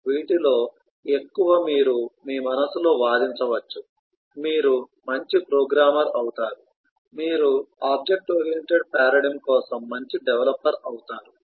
వీటిలో ఎక్కువ మీరు మీ మనస్సులో వాదించవచ్చు మీరు మంచి ప్రోగ్రామర్ అవుతారు మీరు ఆబ్జెక్ట్ ఓరియెంటెడ్ పారాడిగ్మ్ కోసం మంచి డెవలపర్ అవుతారు